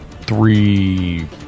three